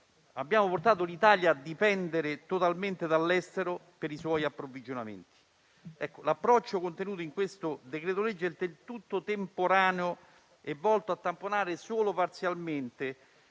Abbiamo portato l'Italia a dipendere totalmente dall'estero per i suoi approvvigionamenti. L'approccio contenuto in questo decreto-legge è del tutto temporaneo e volto a tamponare solo parzialmente